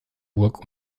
burg